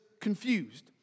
confused